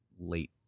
late